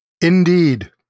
Indeed